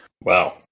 Wow